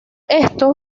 esto